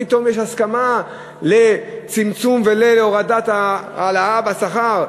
פתאום יש הסכמה לצמצום ולהורדת ההעלאה בשכר.